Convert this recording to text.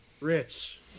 Rich